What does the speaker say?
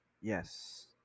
Yes